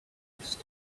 vest